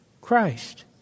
Christ